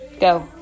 go